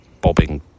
bobbing